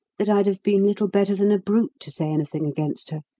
that i'd have been little better than a brute to say anything against her.